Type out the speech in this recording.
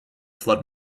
flood